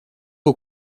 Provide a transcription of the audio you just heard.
aux